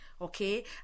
okay